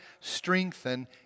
strengthen